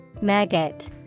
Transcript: Maggot